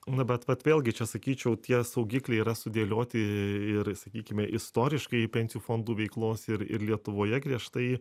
na bet vat vėlgi čia sakyčiau tie saugikliai yra sudėlioti ir sakykime istoriškai į pensijų fondų veiklos ir ir lietuvoje griežtai